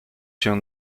się